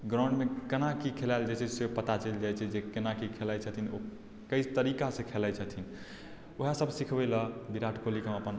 ग्राउंडमे केना की खेलाएल जाइत छै से पता चलि जाइत छै जे केना की खेलाइत छथिन ओ कइ तरीकासँ खेलाइत छथिन ओएहसभ सिखबय लेल विराट कोहलीकेँ हम अपन